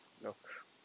Look